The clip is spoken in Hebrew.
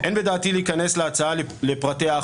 אין בדעתי להיכנס להצעה לפרטיה,